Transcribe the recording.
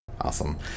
Awesome